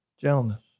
Gentleness